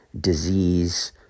disease